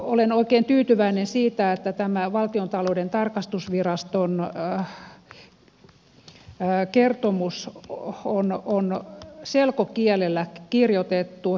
olen oikein tyytyväinen siihen että tämä valtiontalouden tarkastusviraston kertomus on selkokielellä kirjoitettu